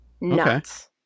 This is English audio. Nuts